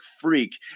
freak